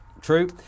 True